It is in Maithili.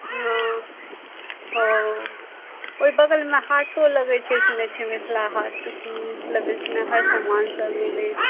हँ ओ ओहि बगलमे हाटो लगै छै सुनै छिए मिथिला हाट हुँ लगै छै ने हर समानसब मिलै छै